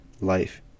life